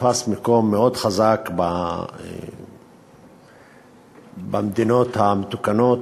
תפס מקום מאוד חזק במדינות המתוקנות.